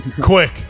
Quick